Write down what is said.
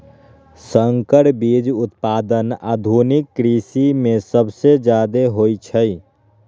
संकर बीज उत्पादन आधुनिक कृषि में सबसे जादे होई छई